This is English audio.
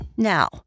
Now